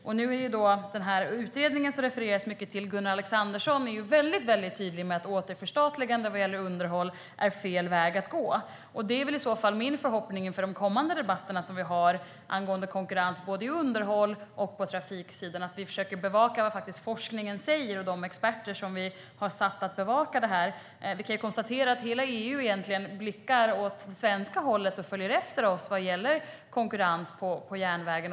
Den utredning av Gunnar Alexandersson, som det refereras mycket till, är väldigt tydlig med att återförstatligande är fel väg att gå när det gäller underhåll. Min förhoppning inför de kommande debatterna om konkurrens beträffande underhåll och på trafiksidan är att vi försöker bevaka vad forskningen och de experter som vi har satt att bevaka detta säger. Vi kan konstatera att hela EU egentligen blickar åt det svenska hållet och följer efter oss vad gäller konkurrens på järnvägen.